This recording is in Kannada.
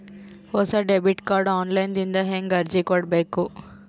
ಹೊಸ ಡೆಬಿಟ ಕಾರ್ಡ್ ಆನ್ ಲೈನ್ ದಿಂದ ಹೇಂಗ ಅರ್ಜಿ ಕೊಡಬೇಕು?